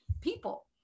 people